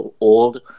old